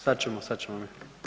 Sad ćemo, sad ćemo mi.